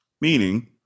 Meaning